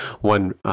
one